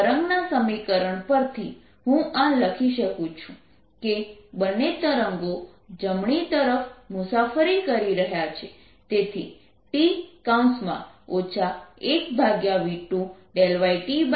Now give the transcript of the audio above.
અને તરંગના સમીકરણ પરથી હું આ લખી શકું છું કે બંને તરંગો જમણી તરફ મુસાફરી કરી રહ્યા છે તેથી T 1v2yT∂t1v1yI∂t0 થશે અહીં v2એ વેગ છે